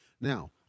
Now